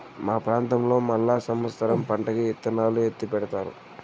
మా ప్రాంతంలో మళ్ళా సమత్సరం పంటకి ఇత్తనాలు ఎత్తిపెడతారు